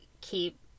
keep